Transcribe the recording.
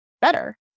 better